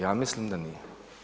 Ja mislim da nije.